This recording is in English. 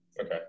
Okay